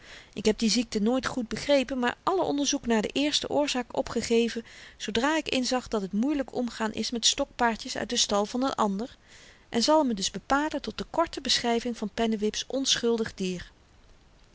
ik heb die ziekte nooit goed begrepen maar alle onderzoek naar de eerste oorzaak opgegeven zoodra ik inzag dat het moeielyk omgaan is met stokpaardjes uit den stal van n ander en zal me dus bepalen tot de korte beschryving van pennewip's onschuldig dier